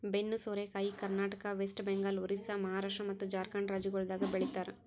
ಬೆನ್ನು ಸೋರೆಕಾಯಿ ಕರ್ನಾಟಕ, ವೆಸ್ಟ್ ಬೆಂಗಾಲ್, ಒರಿಸ್ಸಾ, ಮಹಾರಾಷ್ಟ್ರ ಮತ್ತ್ ಜಾರ್ಖಂಡ್ ರಾಜ್ಯಗೊಳ್ದಾಗ್ ಬೆ ಳಿತಾರ್